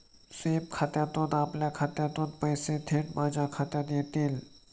sweep खात्यातून आपल्या खात्यातून पैसे थेट माझ्या खात्यात येतील